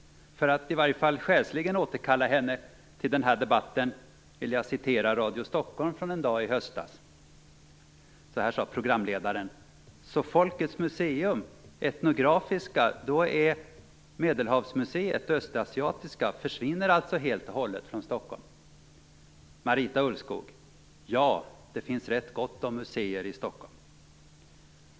För att i varje fall själsligen återkalla henne till denna debatt vill jag citera Radio Stockholm från en dag i höstas: Programledaren: "Så folkets museum, etnografiska då är ..Medelhavsmuseet och Östasiatiska försvinner alltså helt och hållet från Stockholm?" Marita Ulvskog: " Ja, det finns rätt gott om museer i Stockholm."